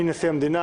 החל מנשיא המדינה,